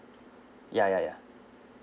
ya ya ya